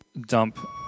dump